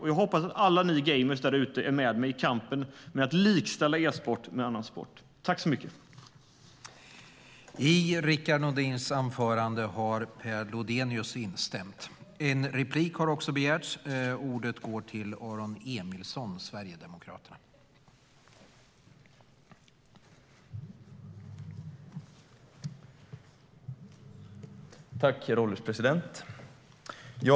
Och jag hoppas att alla ni gamers där ute är med mig i kampen för att likställa e-sport med annan sport.